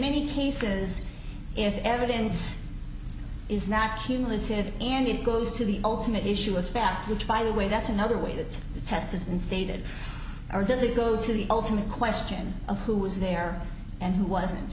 many cases if the evidence is not listed and it goes to the ultimate issue of fact which by the way that's another way that the test has been stated or does it go to the ultimate question of who was there and who wasn't